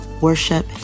worship